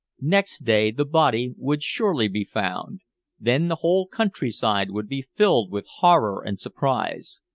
next day the body would surely be found then the whole countryside would be filled with horror and surprise.